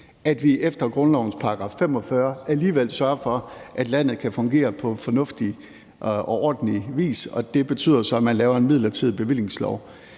at vi efter grundlovens § 45 alligevel sørger for, at landet kan fungere på fornuftig og ordentlig vis. Og det betyder så, at man laver en midlertidig bevillingslov.